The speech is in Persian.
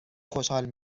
خوشحال